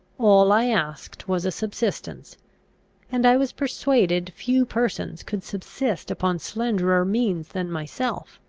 all i asked was a subsistence and i was persuaded few persons could subsist upon slenderer means than myself.